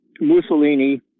Mussolini